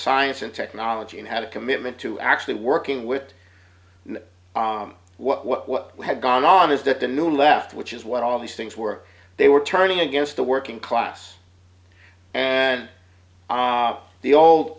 science and technology and had a commitment to actually working with what had gone on is that the new left which is what all these things were they were turning against the working class and the old